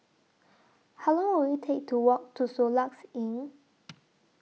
How Long Will IT Take to Walk to Soluxe Inn